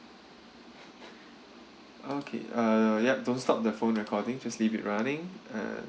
okay uh ya don't stop the phone recording just leave it running and